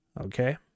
okay